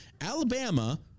Alabama